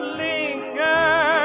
linger